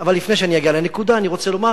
אבל לפני שאני אגיע לנקודה אני רוצה לומר